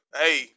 hey